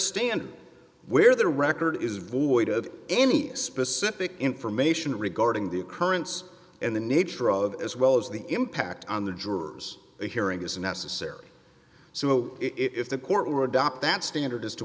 standard where the record is void of any specific information regarding the occurrence and the nature of it as well as the impact on the jurors a hearing is necessary so if the court or adopt that standard as to